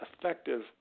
effective